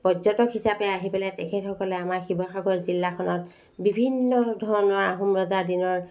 পৰ্যটক হিচাপে আহি পেলাই তেখেতেসকলে আমাৰ শিৱসাগৰ জিলাখনত বিভিন্ন ধৰণৰ আহোম ৰজা দিনৰ